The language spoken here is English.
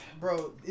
Bro